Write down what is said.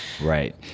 Right